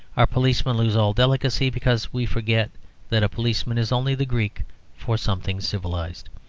our policemen lose all delicacy because we forget that a policeman is only the greek for something civilised.